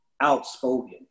outspoken